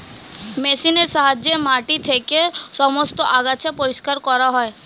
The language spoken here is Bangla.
মেশিনের সাহায্যে মাটি থেকে সমস্ত আগাছা পরিষ্কার করা হয়